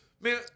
Man